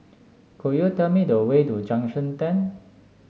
could you tell me the way to Junction Ten